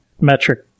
metric